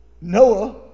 Noah